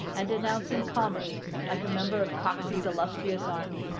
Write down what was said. and denouncing commerce like a member of coxey's illustrious army.